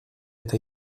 eta